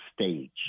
stage